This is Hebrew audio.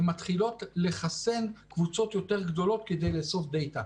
הן מתחילות לחסן קבוצות יותר גדולות כדי לאסוף דטה.